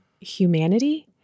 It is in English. humanity